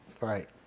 Right